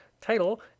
title